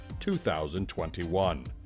2021